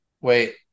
Wait